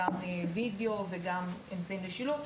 גם וידאו וגם אמצעים לשילוט,